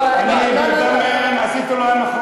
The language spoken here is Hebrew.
לא, לא, לא, אני גם עשיתי לו הנחות.